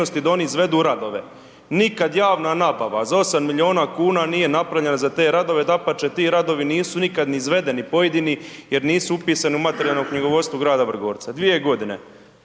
da oni izvedu radove. Nikad javna nabava za 8 milijuna kuna nije napravljena za te radove, dapače, ti radovi nisu nikad ni izvedeni pojedini jer nisu upisani u materijalno knjigovodstvo grada Vrgorca 2 g., prije